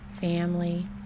family